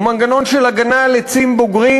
הוא מנגנון של הגנה על עצים בוגרים,